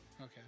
Okay